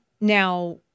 Now